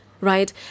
right